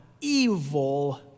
evil